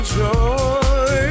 joy